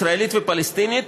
ישראלית ופלסטינית,